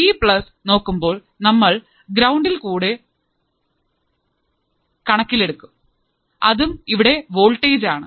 V plus നോക്കുമ്പോൾ നമ്മൾ ground കൂടെ കണക്കിലെടുക്കും അതും ഇവിടെ വോൾട്ടേജ് ആണ്